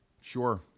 Sure